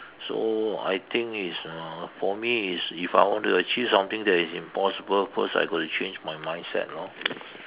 so I think it's uh for me is if I want to achieve something that is impossible first I got to change my mindset lor